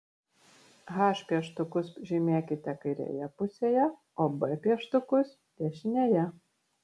h pieštukus žymėkite kairėje pusėje o b pieštukus dešinėje